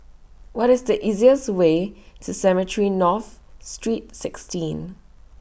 What IS The easiest Way to Cemetry North Street sixteen